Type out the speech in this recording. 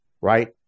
right